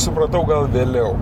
supratau gal vėliau